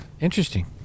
Interesting